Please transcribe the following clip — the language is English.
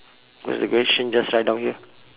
what's the question just write down here